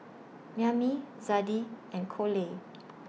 Maymie Zadie and Coley